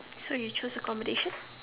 so you choose accommodation